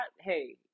hey